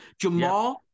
Jamal